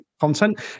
content